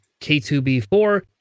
K2B4